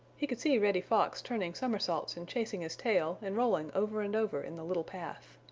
he could see reddy fox turning somersaults and chasing his tail and rolling over and over in the little path.